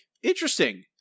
Interesting